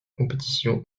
compétition